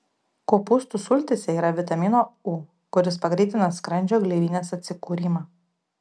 kopūstų sultyse yra vitamino u kuris pagreitina skrandžio gleivinės atsikūrimą